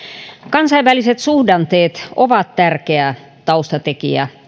kansainväliset suhdanteet ovat tärkeä taustatekijä